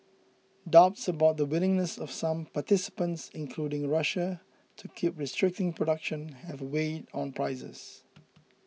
doubts about the willingness of some participants including Russia to keep restricting production have weighed on prices